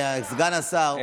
סגן השר,